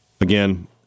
again